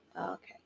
Okay